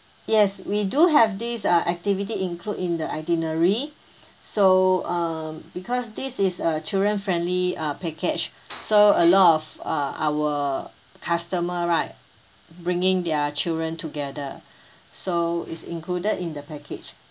yes we do have this err activity include in the itinerary so um because this is a children friendly err package so a lot of err our customer right bringing their children together so it's included in the package